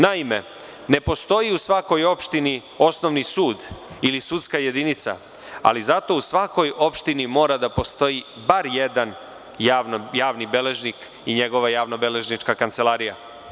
Naime, ne postoji u svakoj opštini osnovni sud ili sudska jedinica, ali zato u svakoj opštini mora da postoji bar jedan javni beležnik i njegova javnobeležnička kancelarija.